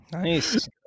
Nice